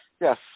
yes